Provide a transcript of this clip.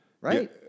Right